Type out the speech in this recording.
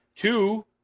two